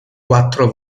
quattro